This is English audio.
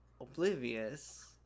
oblivious